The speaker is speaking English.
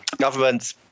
Governments